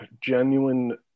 genuine